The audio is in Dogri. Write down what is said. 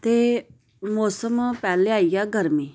ते मौसम पैह्ले आई गेआ गर्मी